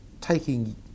taking